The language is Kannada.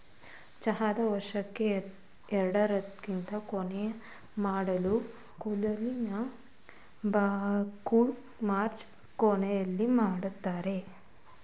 ಚಹಾನ ವರ್ಷಕ್ಕೇ ಎರಡ್ಸತಿ ಕೊಯ್ಲು ಮಾಡ್ತರೆ ಮೊದ್ಲ ಕೊಯ್ಲನ್ನ ಮಾರ್ಚ್ ಕೊನೆಲಿ ಮಾಡ್ತರೆ